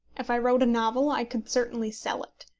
if i wrote a novel, i could certainly sell it.